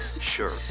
Sure